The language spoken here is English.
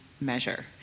measure